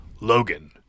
Logan